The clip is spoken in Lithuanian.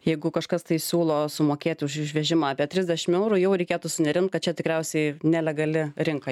jeigu kažkas tai siūlo sumokėt už išvežimą apie trisdešimt eurų jau reikėtų sunerimt kad čia tikriausiai nelegali rinka